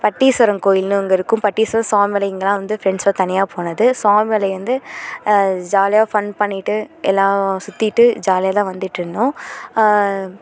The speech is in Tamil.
பட்டீஸ்வரம் கோயில்னு அங்கே இருக்கும் பட்டீஸ்வரம் சுவாமி மலை இங்கேலாம் வந்து ஃப்ரெண்ட்ஸோடு தனியாக போனது சுவாமி மலை வந்து ஜாலியாக ஃபன் பண்ணிட்டு எல்லாம் சுற்றிட்டு ஜாலியாக தான் வந்துட்டிருந்தோம்